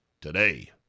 today